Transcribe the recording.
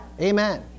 Amen